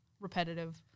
repetitive